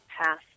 pass